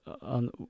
on